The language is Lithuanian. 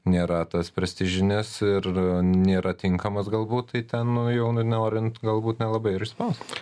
nėra tas prestižinis ir nėra tinkamas galbūt tai ten nu jau nu norint galbūt nelabai ir išspaust